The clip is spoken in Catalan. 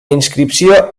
inscripció